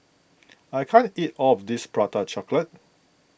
I can't eat all of this Prata Chocolate